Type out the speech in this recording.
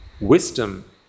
wisdom